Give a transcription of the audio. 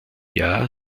jahr